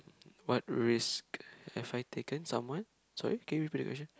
what risk have I taken someone sorry can you repeat the question